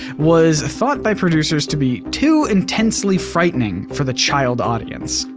was thought by producers to be too intensely frightening for the child audience.